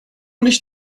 nicht